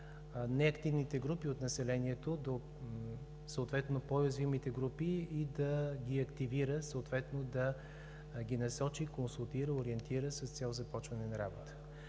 неактивните групи от населението, съответно до по-уязвимите групи, да ги активира, насочи, консултира и ориентира с цел започване на работа.